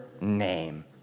name